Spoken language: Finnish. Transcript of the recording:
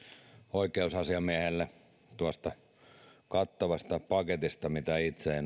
oikeusasiamiehelle tuosta kattavasta paketista mitä itse